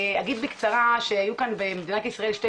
אגיד בקצרה שהיו כאן במדינת ישראל שתי